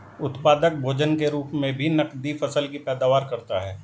उत्पादक भोजन के रूप मे भी नकदी फसल की पैदावार करता है